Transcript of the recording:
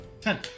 Ten